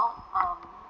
um